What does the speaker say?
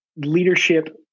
leadership